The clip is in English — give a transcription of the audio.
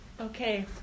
Okay